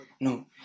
No